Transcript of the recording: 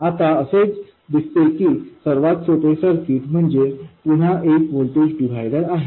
आता असे दिसते की सर्वात सोपे सर्किट म्हणजे पुन्हा एक व्होल्टेज डिव्हायडर आहे